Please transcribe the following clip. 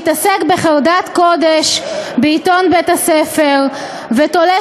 שמתעסק בחרדת קודש בעיתון בית-הספר ותולה